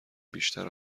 بیشتر